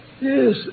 Yes